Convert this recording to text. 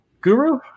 guru